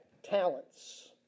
talents